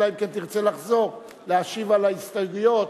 אלא אם כן תרצה לחזור להשיב על ההסתייגויות.